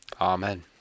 Amen